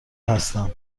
هستم